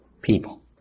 people